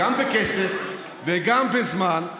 גם בכסף וגם בזמן,